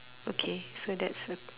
okay so that's a